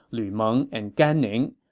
lu meng and gan ning.